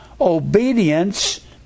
obedience